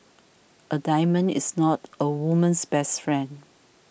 a diamond is not a woman's best friend